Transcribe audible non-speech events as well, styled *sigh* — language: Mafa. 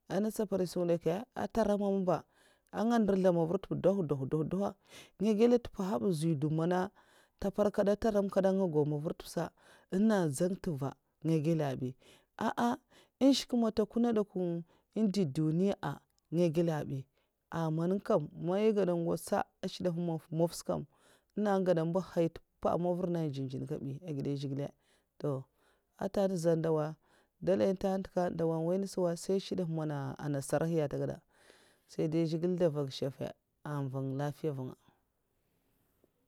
An nsa sam ngidè nkè nkè antè mbuh mavar ntè hèd dugh dugh gwa'a ara man unta bazhè to mborori ska man ndo man è nwoy bè ko ndo man sugar ntèv ba ndèiy sungaya èh gèn sukwa bi nlin'nlin nga dè man nka ntèda'ba nkèt saba ko n' agi nkèt ntènga ngèzl gèzl a ndèv'man daman mnorori man nka ntiya sa nkè zlubwata'a nka ndizè dè nyèm nausa ngu ngwudzèn nyèm è gèd mka za dizè dausa nko ndo man sukwur ndè ndèv nènga ba èn gèd sèkwa bi èngidè kyèkyè ah guiya bi amam *hesitation* man nkè n'woy ngè ngèts lafiya nvu ngaya sa aga gèd'a baki'ngaya sa kam èg gèd zhigilè nkè ndèlè na èh sum zhigilè ba kib nga nkèts skwi kumba zhigilè n'woy ka èh gèd ka ama man nka n'woya sa ko baki nagay ndo ndèv ngèsl saba èn dèy n dèb a èh gèd nasa ah skwi man nga ntè mboriri sa *noise*